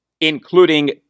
including